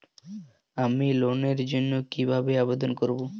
আমি লোনের জন্য কিভাবে আবেদন করব?